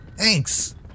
Thanks